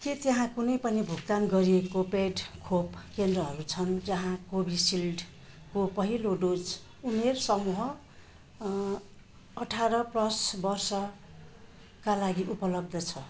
के त्यहाँ कुनै पनि भुक्तान गरिएको पेड खोप केन्द्रहरू छन् जहाँ कोभिसिल्डको पहिलो डोज उमेर समूह अठार प्लस वर्षका लागि उपलब्ध छ